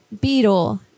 Beetle